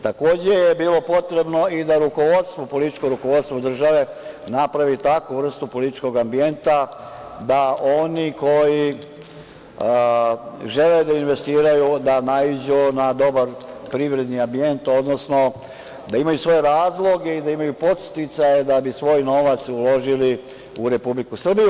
Takođe je bilo potrebno i da političko rukovodstvo države napravi takvu vrstu političkog ambijenta da oni koji žele da investiraju, da naiđu na dobar privredni ambijent, odnosno da imaju svoje razloge i da imaju podsticaje da bi svoj novac uložili u Republiku Srbiju.